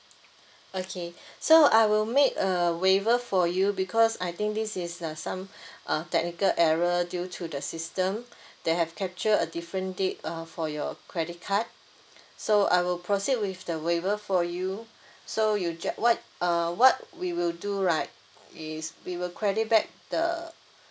okay so I will make a waiver for you because I think this is a some uh technical error due to the system they have capture a different date uh for your credit card so I will proceed with the waiver for you so you just what uh what we will do right is we will credit back the